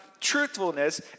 truthfulness